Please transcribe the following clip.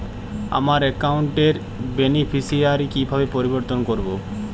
আমার অ্যাকাউন্ট র বেনিফিসিয়ারি কিভাবে পরিবর্তন করবো?